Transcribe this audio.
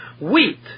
wheat